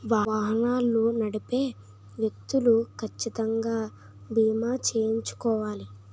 వాహనాలు నడిపే వ్యక్తులు కచ్చితంగా బీమా చేయించుకోవాలి